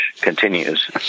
continues